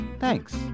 Thanks